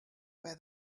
where